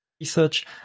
research